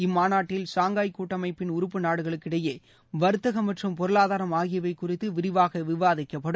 இம்மாநாட்டில் ஷாங்காய் கூட்டமைப்பின் உறுப்பு நாடுகளுக்கிடையே வர்த்தகம் மற்றும் பொருளாதாரம் ஆகியவை குறித்து விரிவாக விவாதிக்கப்படும்